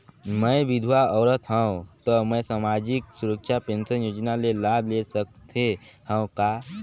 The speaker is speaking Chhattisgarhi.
मैं विधवा औरत हवं त मै समाजिक सुरक्षा पेंशन योजना ले लाभ ले सकथे हव का?